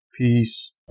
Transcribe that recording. Peace